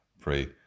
pray